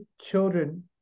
children